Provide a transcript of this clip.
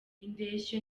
indeshyo